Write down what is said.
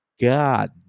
God